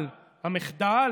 למה אתה מסלף עובדות?